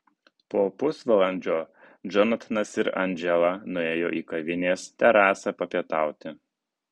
po pusvalandžio džonatanas ir andžela nuėjo į kavinės terasą papietauti